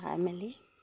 চাই মেলি